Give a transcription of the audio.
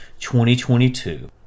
2022